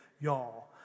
y'all